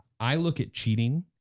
i look at cheating,